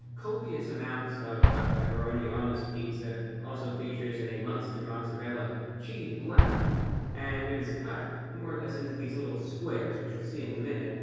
copious amounts of pepperoni on this pizza. also features a muenster mozzarella cheese blend and it is cut more or less into these little squares, which we'll see in a minute,